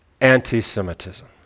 anti-Semitism